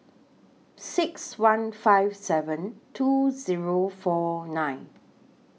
six one five seven two Zero four nine